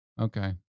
okay